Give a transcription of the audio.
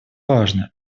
важно